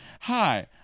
Hi